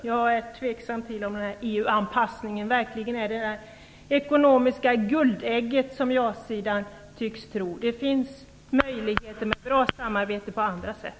Jag är tveksam till att EU-anpassningen verkligen är det ekonomiska guldägg som ja-sidan tycks tro. Det finns möjligheter till bra samarbete på andra sätt.